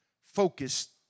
focused